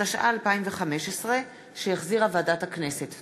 התשע"ה 2015, שהחזירה ועדת הכנסת.